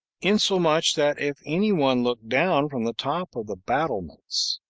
insomuch that if any one looked down from the top of the battlements,